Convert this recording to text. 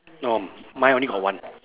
no mine only got one